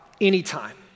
anytime